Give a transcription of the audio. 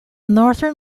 northern